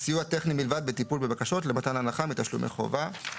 "סיוע טכני בלבד בטיפול בבקשות למתן הנחה מתשלומי חובה".